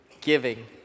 Giving